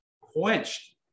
quenched